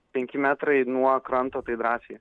penki metrai nuo kranto tai drąsiai